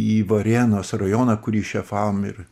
į varėnos rajoną kurį šefavom ir